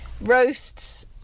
roasts